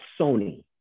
Sony